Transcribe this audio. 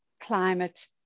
climate